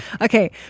Okay